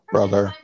Brother